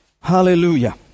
Hallelujah